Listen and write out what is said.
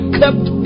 kept